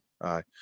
Aye